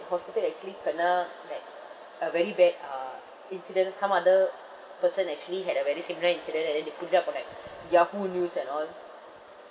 hospital actually kena like a very bad uh incident some other person actually had a very similar incident and then they put it up on like Yahoo news and all